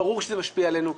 ברור שזה משפיע עלינו.